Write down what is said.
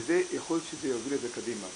ויכול להיות שזה יוביל את זה קדימה.